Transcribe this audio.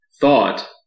thought